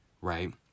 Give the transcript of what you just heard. right